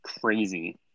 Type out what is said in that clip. crazy